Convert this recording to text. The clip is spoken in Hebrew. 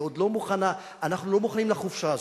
היא עוד לא מוכנה אנחנו לא מוכנים לחופשה הזאת.